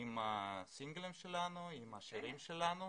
עם הסינגלים שלנו ועם השירים שלנו.